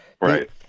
Right